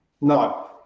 no